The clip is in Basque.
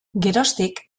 geroztik